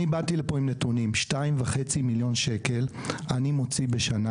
אני באתי לפה עם נתונים: 2.5 מיליון שקלים אני מוציא בשנה,